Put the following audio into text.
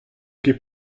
ket